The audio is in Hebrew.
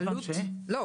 לא,